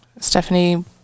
stephanie